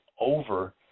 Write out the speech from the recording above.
over